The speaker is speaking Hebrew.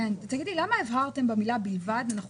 למה הבהרתם במילה "בלבד" בסעיף קטן (ב)?